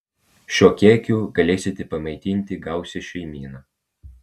šiuo kiekiu galėsite pamaitinti gausią šeimyną